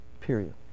Period